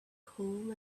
coal